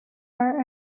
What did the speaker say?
are